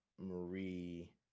Marie